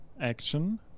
action